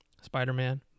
Spider-Man